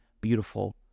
beautiful